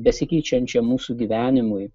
ir besikeičiančiam mūsų gyvenimui